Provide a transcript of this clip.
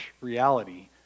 reality